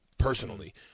Personally